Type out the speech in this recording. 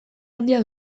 handia